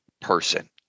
person